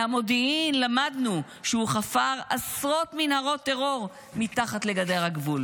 מהמודיעין למדנו שהוא חפר עשרות מנהרות טרור מתחת לגדר הגבול"